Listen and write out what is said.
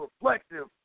reflective